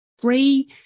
Three